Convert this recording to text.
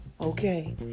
okay